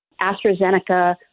AstraZeneca